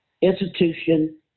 institution